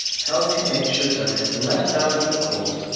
healthy natures are left out in the cold.